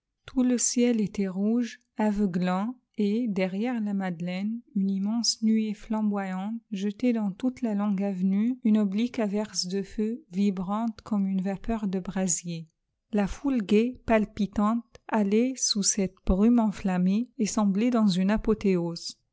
tout le ciel était rouge aveuglant et derrière la madeleine une immense nuée flamboyante jetait dans toute la longue avenue une oblique averse de feu vibrante comme une vapeur de brasier la foule gaie palpitante allait sous cette brume enflammée et semblait dans une apothéose